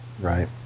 right